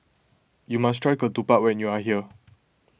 you must try Ketupat when you are here